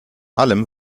allem